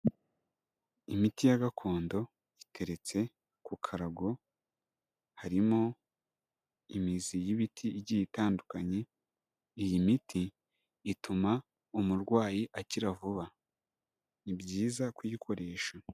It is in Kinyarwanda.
Imiti ya gakondo iteretse ku karago, harimo imizi y'ibiti igiye itandukanye, iyi miti ituma umurwayi akira vuba. Ni byiza kuyikoresha.